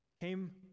came